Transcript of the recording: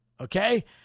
Okay